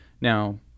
Now